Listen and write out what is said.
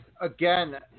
Again